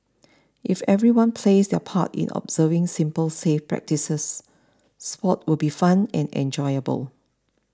if everyone plays their part in observing simple safe practices sports will be fun and enjoyable